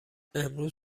امروز